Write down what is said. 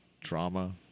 drama